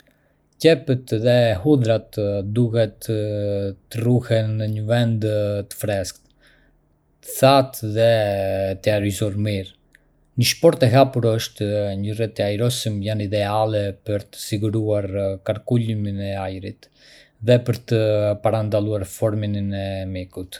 Për të ruajtur patatet për një kohë të gjatë, mbajini në një vend të freskët, të errët dhe të ajrosur mirë, larg burimeve të dritës dhe nxehtësisë. Ekspozimi ndaj dritës mund t'i bëjë ato të mbijnë ose të bëhen të gjelbra, duke reduktuar qëndrueshmërinë e tyre.